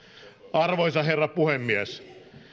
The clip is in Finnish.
arvoisa herra puhemies